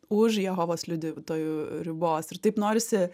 už jehovos liudytojų ribos ir taip norisi